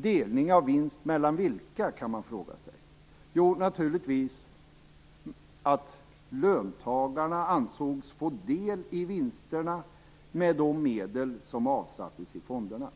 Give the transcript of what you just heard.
Delning av vinst mellan vilka, kan man fråga sig. Jo, löntagarna ansågs få del i vinsterna genom de medel som avsattes i fonderna.